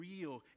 real